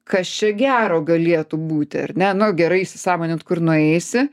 kas čia gero galėtų būti ar ne nu gerai įsisąmonint kur nueisi